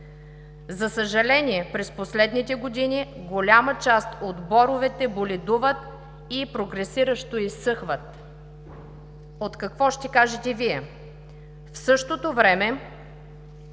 За съжаление, през последните години, голяма част от боровете боледуват и прогресиращо изсъхват. От какво – ще кажете Вие? В същото време